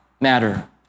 matter